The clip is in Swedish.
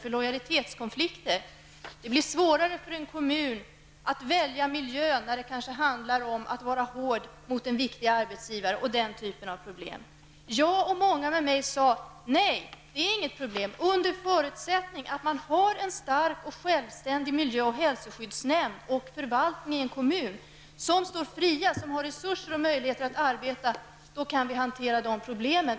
Man sade att det blir svårare för en kommun att välja miljön när det kanske handlar om att vara hård mot en viktig arbetsgivare, osv. Jag och många med mig sade: Nej, det är inga problem. Under förutsättning att vi i kommunen har en stark och självständig miljö och hälsoskyddsnämnd och en förvaltning med resurser och andra möjligheter att arbeta kan vi hantera det här problemen.